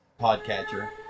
podcatcher